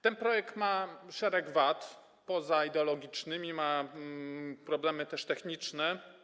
Ten projekt ma szereg wad, poza ideologicznymi ma też problemy techniczne.